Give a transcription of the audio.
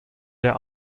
der